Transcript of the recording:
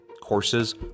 courses